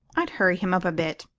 i'd hurry him up a bit,